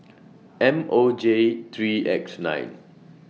M O J three X nine